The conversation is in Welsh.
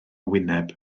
wyneb